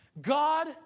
God